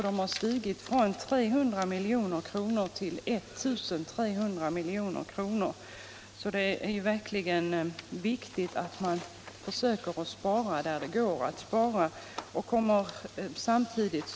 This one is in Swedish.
De har stigit från 300 miljoner till 1 300 milj.kr. Det är alltså mycket viktigt att man försöker att spara där så är möjligt.